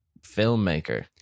filmmaker